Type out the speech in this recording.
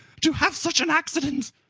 to have such an accident?